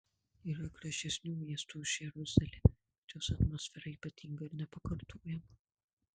yra gražesnių miestų už jeruzalę bet jos atmosfera ypatinga ir nepakartojama